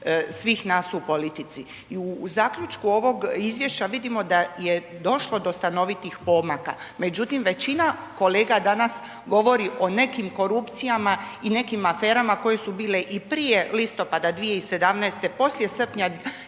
svih nas u politici. I u zaključku ovog izvješća vidimo daje došlo do stanovitih pomaka međutim većina kolega danas govori o nekim korupcijama i nekim aferama koje su bile i prije listopada 2017., poslije srpnja 2018.